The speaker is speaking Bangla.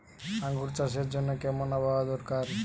আঙ্গুর চাষের জন্য কেমন আবহাওয়া দরকার?